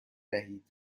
دهید